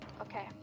Okay